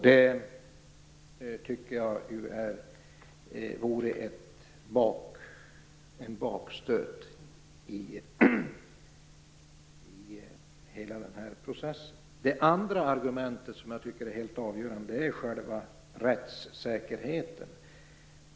Det tycker jag vore en bakstöt i hela processen. Det andra argumentet, som jag tycker är helt avgörande, är själva rättssäkerheten.